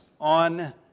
on